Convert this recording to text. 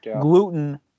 Gluten